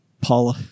Paula